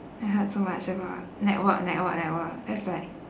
I heard so much about network network network that's like